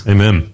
Amen